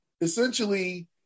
essentially